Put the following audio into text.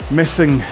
missing